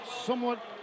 somewhat